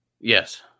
Yes